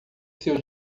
seu